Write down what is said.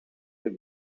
with